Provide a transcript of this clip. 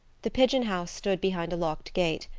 the pigeon house stood behind a locked gate,